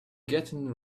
getting